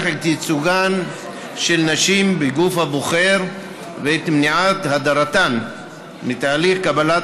את ייצוגן של נשים בגוף הבוחר ואת מניעת הדרתן מתהליך קבלת